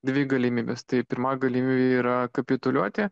dvi galimybes tai pirma galimybė yra kapituliuoti